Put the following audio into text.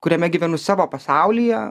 kuriame gyvenu savo pasaulyje